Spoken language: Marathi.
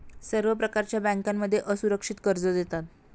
सर्व प्रकारच्या बँकांमध्ये असुरक्षित कर्ज देतात